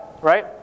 right